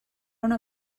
una